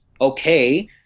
okay